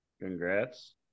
congrats